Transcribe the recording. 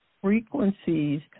frequencies